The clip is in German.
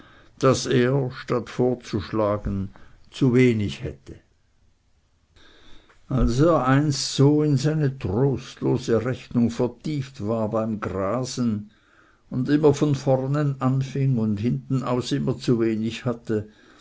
daß er statt vorzuschlagen zu wenig hätte als er einst so in seine trostlose rechnung vertieft war beim grasen und immer von vornen anfing und hintenaus immer zu wenig hatte